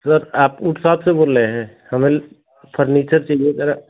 sir आप wood shop से बोल रहे हैं हमें फर्नीचर चाहिए था